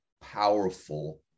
powerful